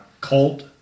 Colt